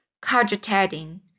cogitating